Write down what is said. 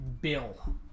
bill